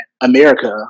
America